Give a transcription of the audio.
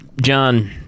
John